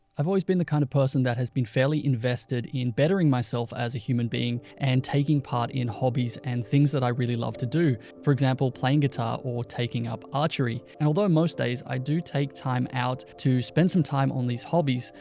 i've always been the kind of person that has been fairly invested in bettering myself as a human being and taking part in hobbies and things that i really love to do. for example, playing guitar or taking up archery. now and although and most days, i do take time out to spend some time on these hobbies.